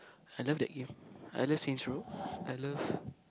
I love that game I love seeing through I love